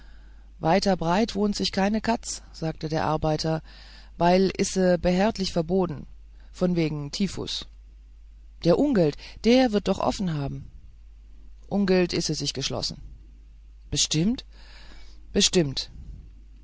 a breit wohnt sich keine katz sagte der arbeiter weil ise behärdlich verbotten von wägen typhus der ungelt der wird doch offen haben ungelt ise sich geschlossen bestimmt bestimmt